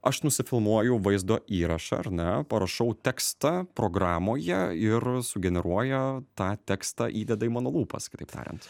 aš nusifilmuoju vaizdo įrašą ar ne parašau tekstą programoje ir sugeneruoja tą tekstą įdeda į mano lūpas kitaip tariant